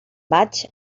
vaig